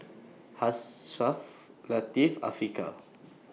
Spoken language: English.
Hafsa Latif and Afiqah